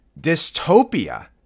dystopia